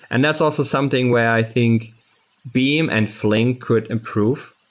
and that's also something where i think beam and flink could improve,